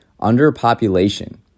underpopulation